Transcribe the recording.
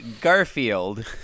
Garfield